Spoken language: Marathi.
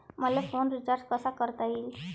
मले फोन रिचार्ज कसा करता येईन?